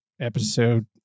episode